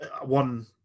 one